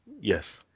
Yes